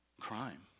crime